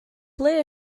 ble